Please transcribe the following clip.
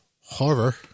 horror